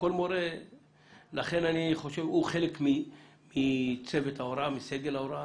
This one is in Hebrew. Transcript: הוא חלק מסגל ההוראה.